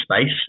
space